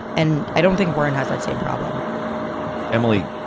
and i don't think warren has that same problem emily,